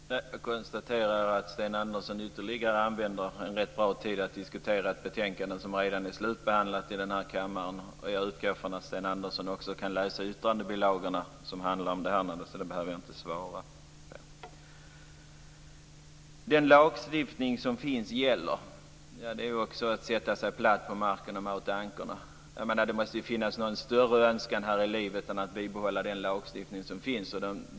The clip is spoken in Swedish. Fru talman! Jag konstaterar att Sten Andersson återigen använder rätt mycket tid till att diskutera ett betänkande som redan är slutbehandlat i den här kammaren. Jag utgår från att Sten Andersson också kan läsa yttrandena som handlar om det här, så jag behöver inte svara. Den lagstiftning som finns gäller, säger Sten Andersson. Ja, det är ju också att sätta sig platt på marken och mata ankorna. Det måste ju finnas en större önskan här i livet än att behålla den lagstiftning som finns.